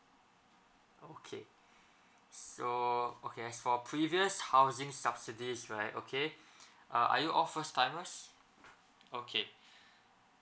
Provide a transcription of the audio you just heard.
okay so as for previous housing subsidies right okay uh are you all first timers okay